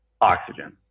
oxygen